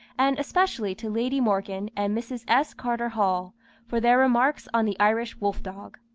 and especially to lady morgan and mrs. s. carter hall for their remarks on the irish wolf-dog.